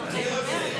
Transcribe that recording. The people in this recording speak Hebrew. אתה רוצה לדבר?